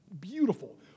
Beautiful